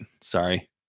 Sorry